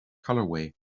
colorway